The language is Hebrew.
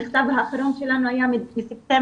המכתב האחרון שלנו היה מספטמבר.